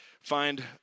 Find